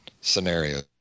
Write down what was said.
scenarios